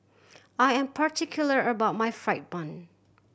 I am particular about my fried bun